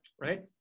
right